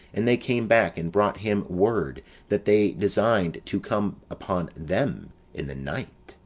and they came back, and brought him word that they designed to come upon them in the night.